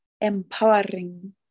empowering